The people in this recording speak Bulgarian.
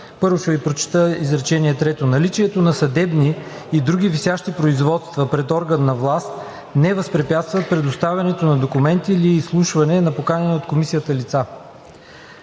Първо, ще Ви прочета изречение трето: „Наличието на съдебни и други висящи производства пред орган на власт не възпрепятстват предоставянето на документи или изслушването на поканените от комисиите лица.“